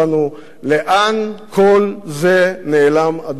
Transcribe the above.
לאן כל זה נעלם, אדוני ראש הממשלה?